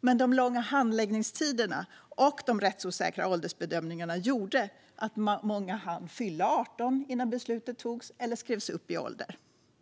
Men de långa handläggningstiderna och de rättsosäkra åldersbedömningarna gjorde att många hann fylla 18 år innan beslutet fattades eller skrevs upp i ålder.